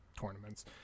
tournaments